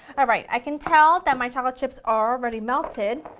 alright, i can tell that my chocolate chips are already melted,